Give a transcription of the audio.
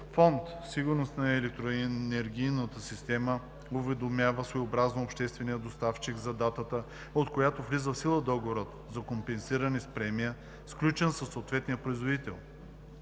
Фонд „Сигурност на електроенергийната система“ уведомява своевременно обществения доставчик за датата, от която влиза в сила договорът за компенсиране с премия, сключен със съответния производител.